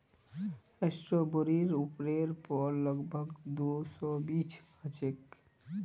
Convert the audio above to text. स्ट्रॉबेरीर उपरेर पर लग भग दो सौ बीज ह छे